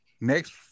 next